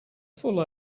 full